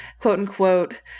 quote-unquote